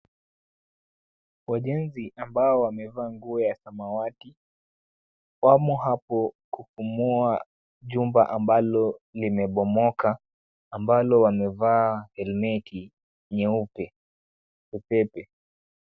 Wajenzi ambao wameva nguo ya samawati, wamo hapo kubomoa jumba ambalo limebomoka, ambalo wamevaa helmeti nyeupe pepepe.